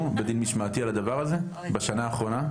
בדין משמעתי על הדבר הזה בשנה האחרונה?